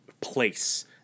place